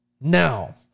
Now